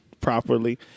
properly